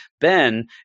Ben